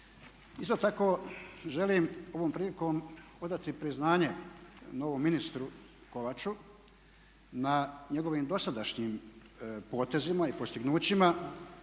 Isto tako želim ovom prilikom odati priznanje novom ministru Kovaču na njegovim dosadašnjim potezima i postignućima